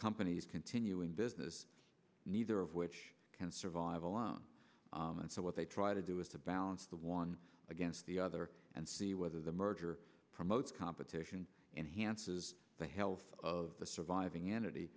companies continue in business neither of which can survive alone and so what they try to do is to balance the one against the other and see whether the merger promotes competition and hance is the health of the surviving entity